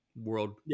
world